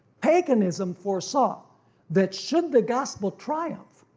paganism foresaw that should the gospel triumph,